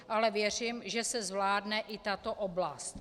Ale věřím, že se zvládne i tato oblast.